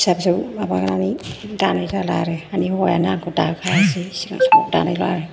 फिसा फिसौ माबानानै दानाय जाला आरो आंनि हौवायानो आंखौ दाहोखायासै सिगां समाव दालायल' आरो